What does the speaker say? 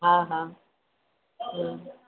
हा हा हूं